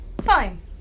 Fine